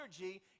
energy